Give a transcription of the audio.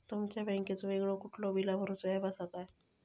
तुमच्या बँकेचो वेगळो कुठलो बिला भरूचो ऍप असा काय?